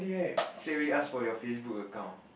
straight away ask for your Facebook account